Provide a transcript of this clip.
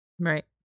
Right